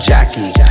Jackie